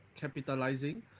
capitalizing